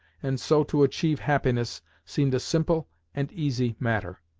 and so to achieve happiness, seemed a simple and easy matter.